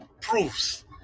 proves